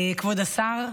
כבוד השר,